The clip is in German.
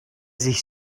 sich